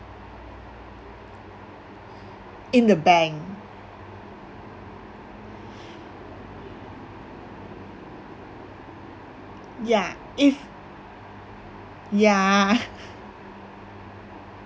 in the bank ya if ya